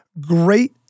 great